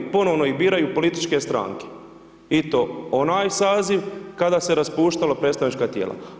Ponovno ih biraju političke stranke i to onaj saziv kada se raspuštalo predstavnička tijela.